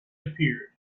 appeared